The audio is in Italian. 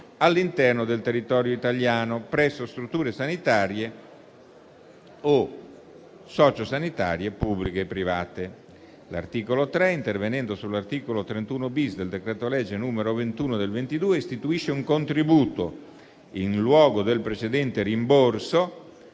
all'interno del territorio italiano, presso strutture sanitarie o sociosanitarie pubbliche e private. L'articolo 3, intervenendo sull'articolo 31-*bis* del decreto-legge n. 21 del 2022, istituisce un contributo, in luogo del precedente rimborso,